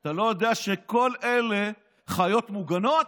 אתה לא יודע שכל אלה חיות מוגנות?